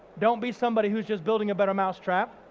don't be somebody who's just building a better mousetrap.